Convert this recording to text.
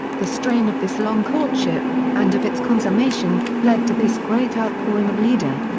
the strain of this long courtship, and of its consummation, led to this great outpouring of lieder.